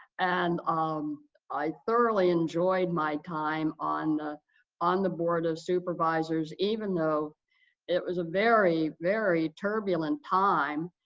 and um i thoroughly enjoyed my time on ah on the board of supervisors even though it was a very, very turbulent time.